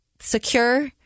secure